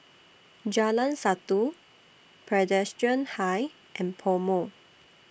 Jalan Satu Presbyterian High and Pomo